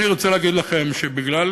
אני רוצה להגיד לכם, שבגלל